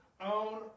own